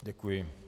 Děkuji.